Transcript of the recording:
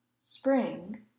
Spring